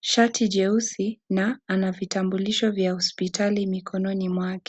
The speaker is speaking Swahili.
shati jeusi na ana vitambulisho vya hospitali mkononi mwake.